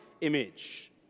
image